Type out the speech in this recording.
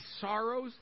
sorrows